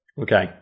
Okay